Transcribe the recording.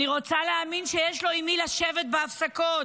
אני רוצה להאמין שיש לו עם מי לשבת בהפסקות,